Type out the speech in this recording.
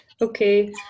Okay